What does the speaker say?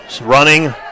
running